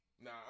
Nah